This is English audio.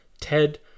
Ted